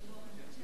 לאחר מכן,